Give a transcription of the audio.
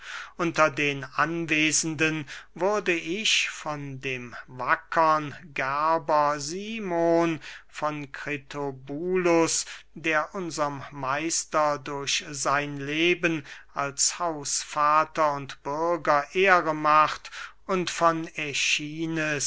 unter den anwesenden wurde ich von dem wackern gerber simon von kritobulus der unserm meister durch sein leben als hausvater und bürger ehre macht und von